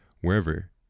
wherever